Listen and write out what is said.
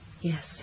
Yes